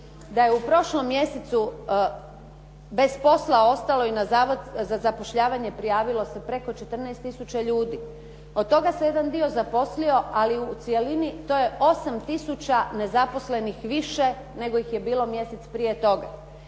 da je u prošlom mjesecu bez posla i na Zavod za zapošljavanje prijavilo se preko 14 tisuća ljudi. Od toga se jedan dio zaposlio, ali u cjelini to je 8 tisuća nezaposlenih više, nego ih je bilo mjesec prije toga.